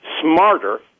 smarter